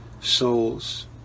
souls